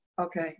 Okay